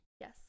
Yes